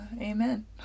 Amen